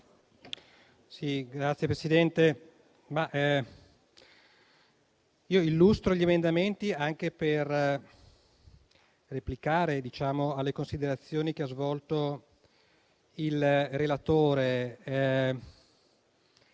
Signora Presidente, io illustro gli emendamenti anche per replicare alle considerazioni svolte dal relatore,